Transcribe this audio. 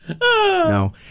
No